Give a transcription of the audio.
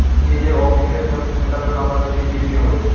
নিজের অব্লিগেশনস মেটাতে না পারলে লিকুইডিটি হবে